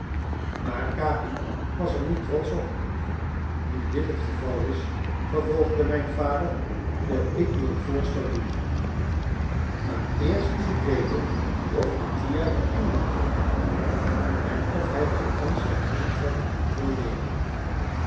maar capi was er niet trotsch op nu dit het geval is vervolgde mijn vader wil ik u een voorstel doen maar eerst moet ik weten of mattia in engeland wil blijven en of hij bij ons zijn intrek wil nemen